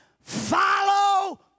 follow